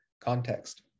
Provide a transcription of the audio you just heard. context